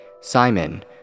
Simon